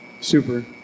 Super